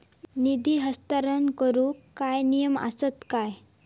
निधी हस्तांतरण करूक काय नियम असतत काय?